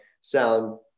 sound